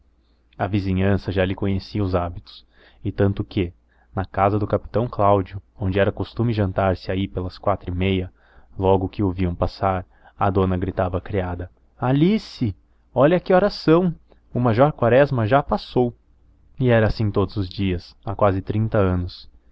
a vizinhança já lhe conhecia os hábitos e tanto que na casa do capitão cláudio onde era costume jantar se aí pelas quatro e meia logo que o viam passar a dona gritava à criada alice olha que são horas o major quaresma já passou e era assim todos os dias há quase trinta anos